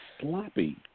sloppy